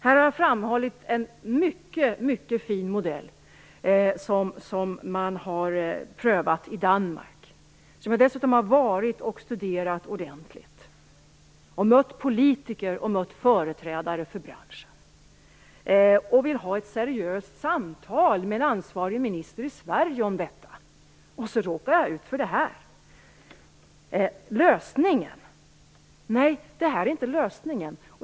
Här har jag framhållit en mycket fin modell, som man har prövat i Danmark och som jag dessutom har studerat ordentligt där. Jag har mött politiker och företrädare för branschen. Jag vill ha ett seriöst samtal med en ansvarig minister i Sverige om detta, och så råkar jag ut för det här. Nej, det här är inte lösningen.